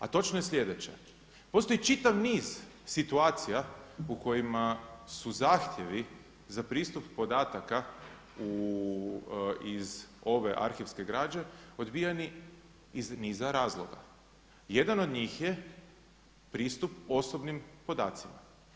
A točno je slijedeće, postoji čitav niz situacija u kojima su zahtjevi za pristup podataka iz ove arhivske građe odbijani iz niza razloga, jadan od njih je pristup osobnim podacima.